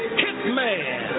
hitman